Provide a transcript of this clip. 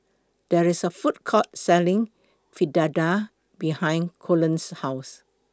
There IS A Food Court Selling Fritada behind Colten's House